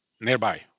nearby